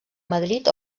madrid